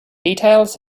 details